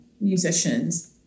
musicians